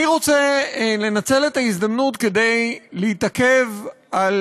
אני רוצה לנצל את ההזדמנות כדי להתעכב על